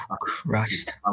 christ